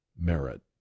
merit